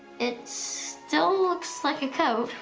it still looks like a code.